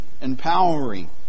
empowering